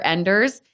Enders